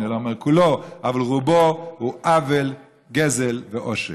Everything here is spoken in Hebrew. אני לא אומר כולו, אבל רובו הוא עוול, גזל ועושק.